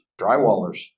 drywallers